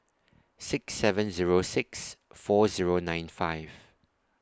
six seven Zero six four Zero nine five